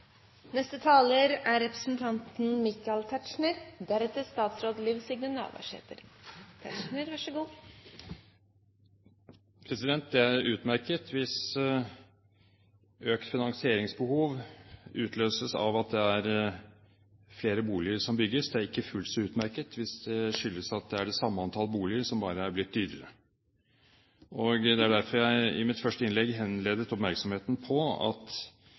Det er utmerket hvis økt finansieringsbehov utløses av at det er flere boliger som bygges. Det er ikke fullt så utmerket hvis det skyldes at det er det samme antallet boliger som bare er blitt dyrere. Det var derfor jeg i mitt første innlegg henledet oppmerksomheten på at